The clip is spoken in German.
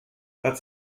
hat